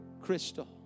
Crystal